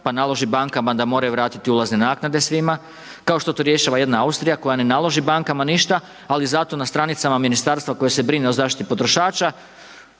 pa naloži bankama da moraju vratiti ulazne naknade svima, kao što to rješava jedna Austrija koja ne naloži bankama ništa, ali zato na stranicama ministarstva koje se brine o zaštiti potrošača